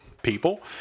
people